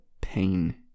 pain